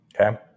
Okay